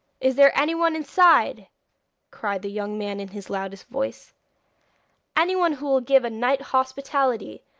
is there anyone inside cried the young man in his loudest voice anyone who will give a knight hospitality?